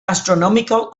astronomical